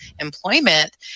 employment